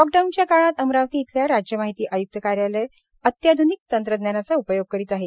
लॉकडाऊनच्या काळात अमरावती इथल्या राज्य माहिती आय्क्त कार्यालय अत्याध्निक तंत्रज्ञानाचा उपयोग करीत आहे